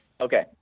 Okay